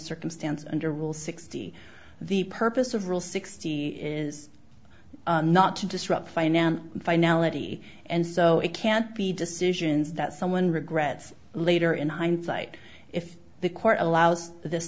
circumstance under rule sixty the purpose of rule sixty is not to disrupt finance finality and so it can't be decisions that someone regrets later in hindsight if the court allows this